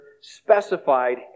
specified